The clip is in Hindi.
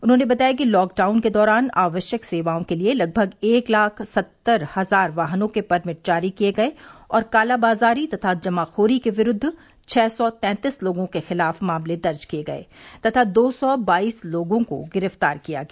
उन्होंने बताया कि लॉकडाउन के दौरान आवश्यक सेवाओं के लिये लगभग एक लाख सत्तर हजार वाहनों के परमिट जारी किये गये और कालाबाजारी तथा जमाखोरी के विरूद्व छह सौ तैंतीस लोगों के खिलाफ मामले दर्ज किये गये तथा दो सौ बाईस लोगों को गिरफ्तार किया गया